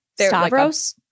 Stavros